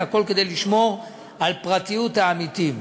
והכול כדי לשמור על פרטיות העמיתים.